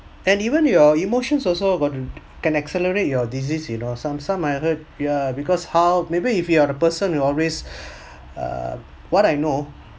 and even your emotions also got to can accelerate your disease you know some some I heard ya because how maybe if you are the person who always err what I know